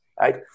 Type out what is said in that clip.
right